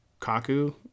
Kaku